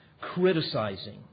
criticizing